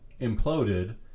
imploded